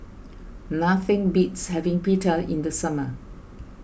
nothing beats having Pita in the summer